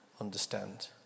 understand